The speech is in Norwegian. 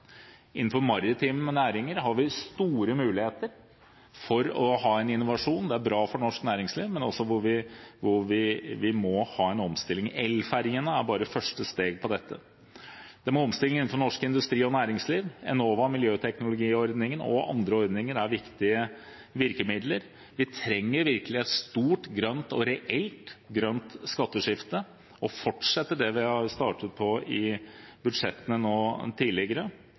Innenfor maritime næringer har vi store muligheter for å ha en innovasjon. Det er bra for norsk næringsliv, hvor vi må ha en omstilling. Elfergene er bare første steg her. Det må omstilling til innenfor norsk industri og næringsliv, Enova og miljøteknologiordningen og andre ordninger er viktige virkemidler. Vi trenger virkelig et stort og reelt grønt skatteskifte og fortsette det vi har startet på i budsjettene tidligere,